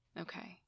okay